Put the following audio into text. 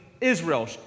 Israel